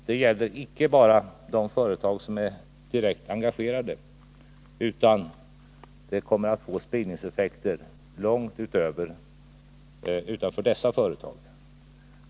Det gäller icke bara de företag som är direkt engagerade, utan det kommer att få spridningseffekter långt utanför dessa företag.